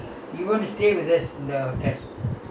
where he want to have a room in the big hotel some more